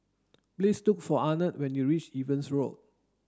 please look for Arnett when you reach Evans Road